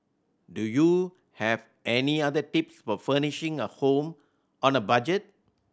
do you have any other tips for furnishing a home on a budget